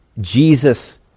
Jesus